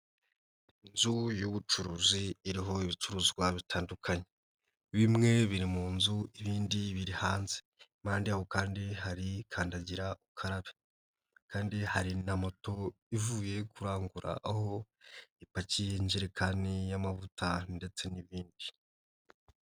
Inzu y'ubucuruzi iriho ibicuruzwa bitandukanye, bimwe biri mu nzu ibindi biri hanze, impande y'aho kandi hari kandagira ukarabe kandi hari na moto ivuye kurangura aho ipakiye injerekani y'amavuta ndetse n'ibindi.